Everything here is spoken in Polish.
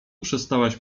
przestałaś